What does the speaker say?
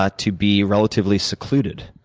ah to be relatively secluded.